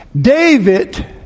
David